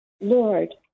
Lord